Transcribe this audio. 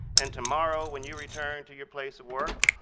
and tomorrow when you return to your place of work